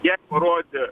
jai parodė